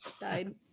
died